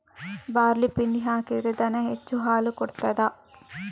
Barley ಪಿಂಡಿ ಹಾಕಿದ್ರೆ ದನ ಹೆಚ್ಚು ಹಾಲು ಕೊಡ್ತಾದ?